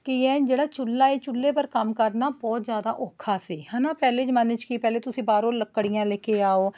ਕੀ ਹੈ ਜਿਹੜਾ ਚੁੱਲ੍ਹਾ ਹੈ ਚੁੱਲ੍ਹੇ ਪਰ ਕੰਮ ਕਰਨਾ ਬਹੁਤ ਜ਼ਿਆਦਾ ਔਖਾ ਸੀ ਹੈ ਨਾ ਪਹਿਲੇ ਜ਼ਮਾਨੇ 'ਚ ਕੀ ਪਹਿਲੇ ਤੁਸੀਂ ਬਾਹਰੋਂ ਲੱਕੜੀਆਂ ਲੈ ਕੇ ਆਉ